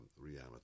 reality